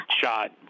shot